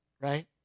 right